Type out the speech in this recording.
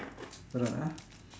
hold on ah